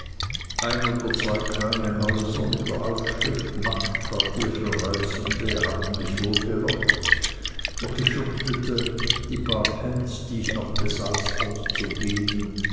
ein oder zwei kleine häuser mit der aufschrift nachtquartier für reisende hatten mich wohl gelockt doch ich fürchtete die paar pence die ich noch besaß auszugeben